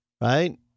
right